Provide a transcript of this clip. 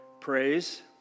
Praise